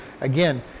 again